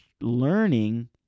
learning